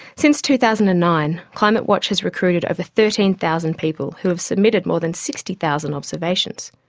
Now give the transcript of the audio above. since two thousand and nine, climatewatch has recruited over thirteen thousand people who have submitted more than sixty thousand observations.